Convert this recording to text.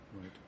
Right